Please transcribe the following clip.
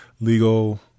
legal